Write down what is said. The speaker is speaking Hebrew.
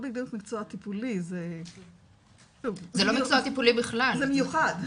מקצועי טיפולי, זה מיוחד.